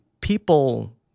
people